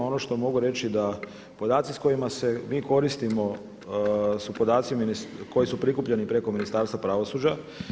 Ono što mogu reći da podaci s kojima se mi koristimo su podaci koji su prikupljeni preko Ministarstva pravosuđa.